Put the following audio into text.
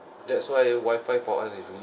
that's why wifi for us is really